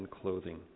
clothing